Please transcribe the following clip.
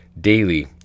Daily